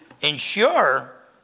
ensure